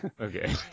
okay